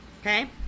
okay